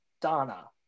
Donna